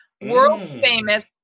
world-famous